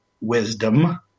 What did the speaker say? wisdom